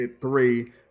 three